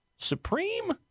Supreme